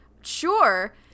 sure